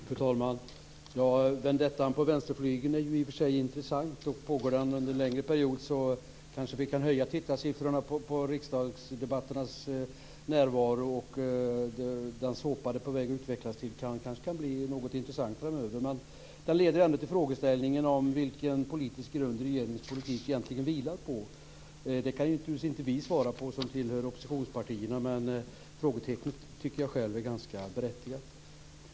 Fru talman! Vendettan på vänsterflygeln är i och för sig intressant. Pågår den under en längre period kan vi kanske höja tittarsiffrorna när det gäller riksdagsdebatterna, och den såpa som det håller på att utvecklas till kan kanske bli intressant framöver. Men det leder ändå till frågan om vilken grund regeringens politik egentligen vilar på. Det kan naturligtvis inte vi som tillhör oppositionspartierna svara på. Men frågetecknet tycker jag själv är ganska berättigat.